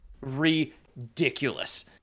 ridiculous